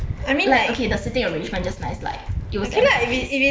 like okay the seating arrangement just nice like it was